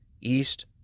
east